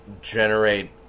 generate